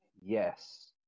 yes